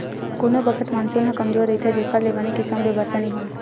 कोनो बखत मानसून ह कमजोर रहिथे जेखर ले बने किसम ले बरसा नइ होवय